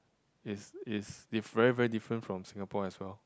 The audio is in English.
is is is very very different from Singapore as well